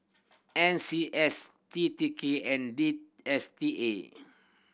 N C S T T K and D S T A